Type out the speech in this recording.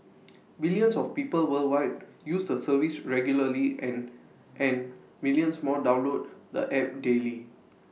billions of people worldwide use the service regularly and and millions more download the app daily